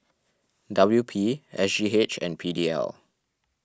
W P S G H and P D L